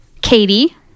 katie